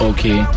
Okay